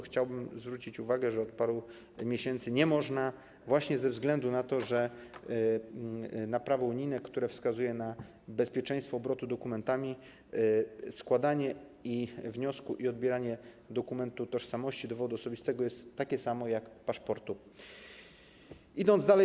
Chciałbym zwrócić uwagę, że od paru miesięcy nie można tego zrobić ze względu na to, że prawo unijne, które wskazuje na bezpieczeństwo obrotu dokumentami, składanie i wniosku i odbieranie dokumentu tożsamości, dowodu osobistego, jest takie samo jak w przypadku paszportu.